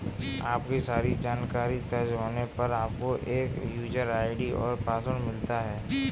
आपकी सारी जानकारी दर्ज होने पर, आपको एक यूजर आई.डी और पासवर्ड मिलता है